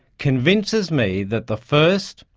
convinces me that the first,